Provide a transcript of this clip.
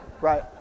Right